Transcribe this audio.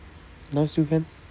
now still can